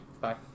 Bye